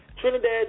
Trinidad